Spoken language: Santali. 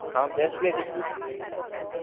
ᱦᱚᱸ ᱵᱮᱥ ᱜᱮ ᱠᱤᱪᱷᱩ ᱫᱚ